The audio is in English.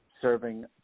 serving